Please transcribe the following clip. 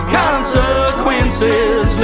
consequences